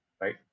right